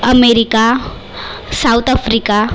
America South Africa